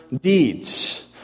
deeds